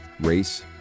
race